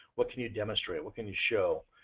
what can you demonstrate, what can you show,